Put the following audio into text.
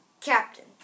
Captain